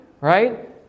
right